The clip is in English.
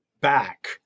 back